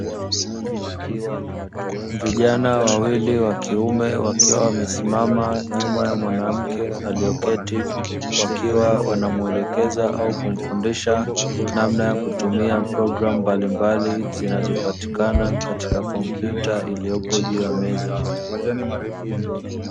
Vijana wawili wakiume wakiwa wamesimama nyuma ya mwanamke aliyeketi, wakiwa wanamuelekeza au kumfundisha namna ya kutumia programu mbalimbali zinazopatikana katika kompyuta iliyopo juu ya meza.